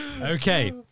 Okay